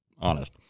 honest